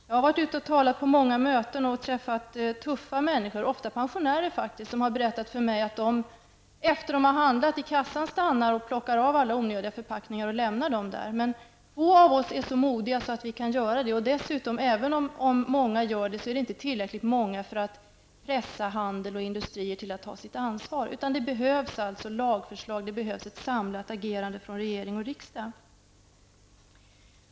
Jag har varit ute och talat på många möten och har då träffat tuffa människor -- faktiskt ofta pensionärer -- som har berättat för mig att de efter det att de har handlat i kassan stannar och plockar av alla onödiga förpackningar och lämnar dem där. Men få av oss är så modiga att vi kan göra det. Även om många skulle göra det, är de dessutom ändå inte tillräckligt många för att pressa handel och industrier till att ta sitt ansvar. Det behövs lagförslag och ett samlat agerande från regering och riksdag.